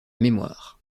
mémoire